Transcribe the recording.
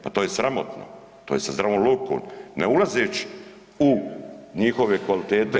Pa to je sramotno, to je sa zdravom logikom ne ulazeć u njihove kvalitete